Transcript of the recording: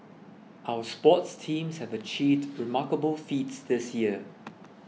our sports teams have achieved remarkable feats this year